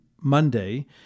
Monday